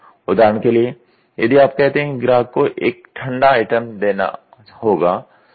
उदाहरण के लिए यदि आप कहते हैं कि ग्राहक को एक ठंडा आइटम देना होगा